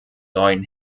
neuen